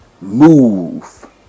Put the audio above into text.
move